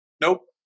Nope